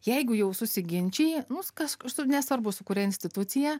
jeigu jau susiginčiji nesvarbu su kuria institucija